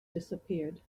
disappeared